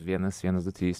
vienas vienas du trys